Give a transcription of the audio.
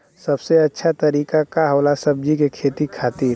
सबसे अच्छा तरीका का होला सब्जी के खेती खातिर?